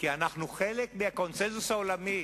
כי אנחנו חלק מהקונסנזוס העולמי.